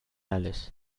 alice